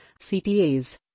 CTAs